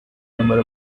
number